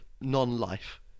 non-life